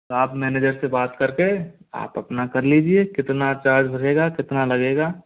तो आप मैनेजर से बात करके आप अपना कर लीजिए कितना चार्ज भरेगा कितना लगेगा